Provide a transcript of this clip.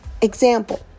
example